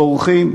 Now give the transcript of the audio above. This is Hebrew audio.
בורחים,